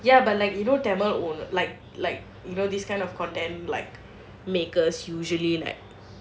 ya but like you know tamil or like like know this kind of content like makers usually like